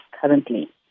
currently